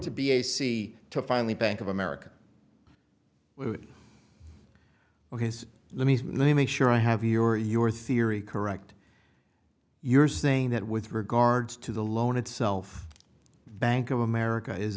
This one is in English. to be a c to finally bank of america or his let me make sure i have your your theory correct you're saying that with regards to the loan itself bank of america is